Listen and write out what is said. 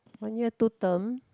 one year two term